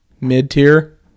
mid-tier